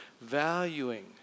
valuing